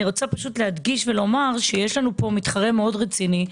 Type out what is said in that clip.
אני רוצה להדגיש ולומר שיש לנו פה מתחרה רציני מאוד,